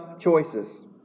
choices